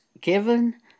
given